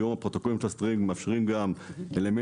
היום הפרוטוקולים של הסטרימינג מאפשרים גם אלמנטים